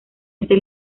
ese